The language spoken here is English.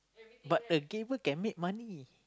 but the gamer can make money